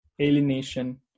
alienation